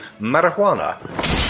Marijuana